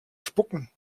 spucken